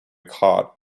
caught